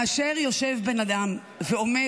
כי להגיד שלא אכפת לנו זה לשחק לידיו של סנוואר.